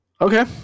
Okay